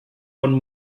von